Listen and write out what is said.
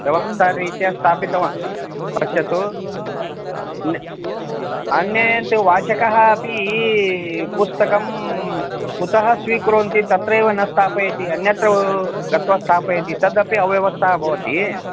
व्यवस्थारीत्या स्थापितवान् पश्यतु अन्य अन्यं तु वाचकः अपि पुस्तकम् कुतः स्वीकुर्वन्ति तत्रैव न स्थापयति अन्यत्र गत्वा स्थापयति तदपि अव्यवस्था भवति